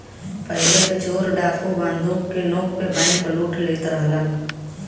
पहिले त चोर डाकू बंदूक के नोक पे बैंकलूट लेत रहलन